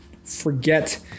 forget